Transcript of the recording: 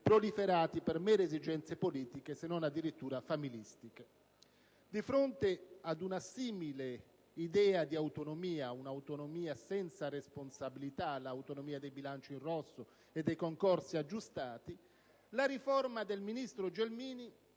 proliferati per mere esigenze politiche se non addirittura familistiche. Di fronte ad una simile idea di autonomia - una autonomia senza responsabilità, l'autonomia dei bilanci in rosso e dei concorsi aggiustati - la riforma del ministro Gelmini